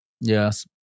Yes